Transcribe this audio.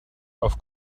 auf